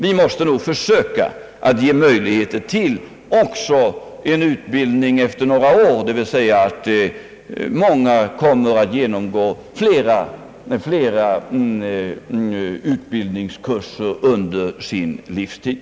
Vi måste nog försöka att också ge möjligheter till en ny utbildning efter några år, vilket medför att många kommer att genomgå flera utbildningskurser under sin livstid.